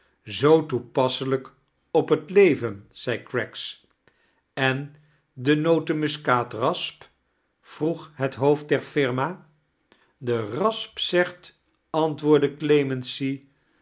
zoo toepasselijk op het leven i zei craggs en de notemuskaatrasp vroeg het hoofd der firma j die rasp zegt antwoordde clemency